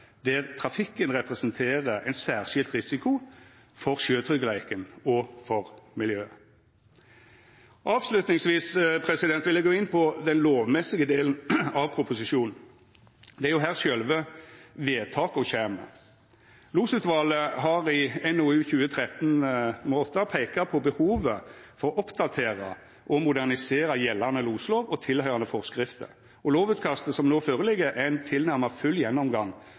der trafikken representerer ein særskilt risiko for sjøtryggleiken og for miljøet. Til slutt vil eg gå inn på den lovmessige delen av proposisjonen. Det er jo her sjølve vedtaka kjem. Losutvalet har i NOU 2013: 8 peika på behovet for å oppdatera og modernisera gjeldande loslov og tilhøyrande forskrifter, og lovutkastet som nå ligg føre, er ein tilnærma full gjennomgang